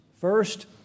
First